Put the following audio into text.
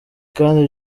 kandi